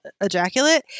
ejaculate